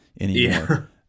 anymore